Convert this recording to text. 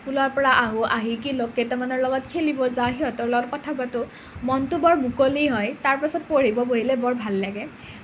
স্কুলৰ পৰা আহোঁ আহি কি লগ কেইটামানৰ লগত খেলিব যাওঁ সিহঁতৰ লগত কথা পাতোঁ মনটো বৰ মুকলি হয় তাৰ পাছত পঢ়িব বহিলে বৰ ভাল লাগে